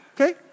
Okay